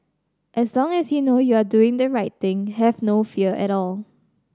as long as you know you are doing the right thing have no fear at all